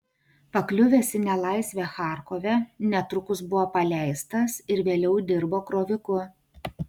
pakliuvęs į nelaisvę charkove netrukus buvo paleistas ir vėliau dirbo kroviku